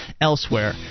elsewhere